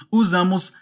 usamos